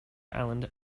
island